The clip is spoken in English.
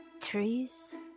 trees